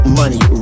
money